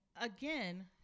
again